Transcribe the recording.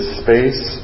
space